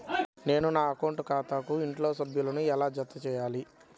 నేను నా అకౌంట్ ఖాతాకు ఇంట్లోని సభ్యులను ఎలా జతచేయాలి?